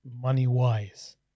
money-wise